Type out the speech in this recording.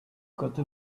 gotta